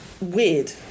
weird